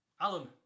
Alan